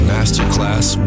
Masterclass